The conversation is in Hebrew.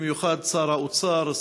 במיוחד שר האוצר,